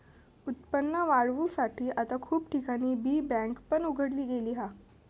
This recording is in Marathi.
उत्पन्न वाढवुसाठी आता खूप ठिकाणी बी बँक पण उघडली गेली हा